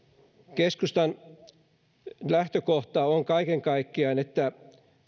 keskustan lähtökohta on kaiken kaikkiaan se että